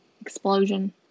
explosion